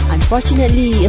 Unfortunately